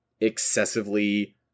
excessively